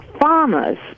farmers